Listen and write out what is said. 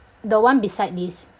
the one beside this